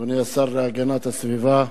אדוני השר להגנת הסביבה,